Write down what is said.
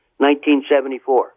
1974